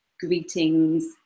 greetings